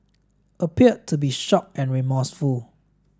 appeared to be shocked and remorseful